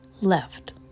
left